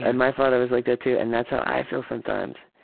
and my father was like that too and that's how i feel sometimes.